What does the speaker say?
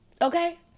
okay